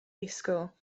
disgwyl